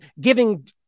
giving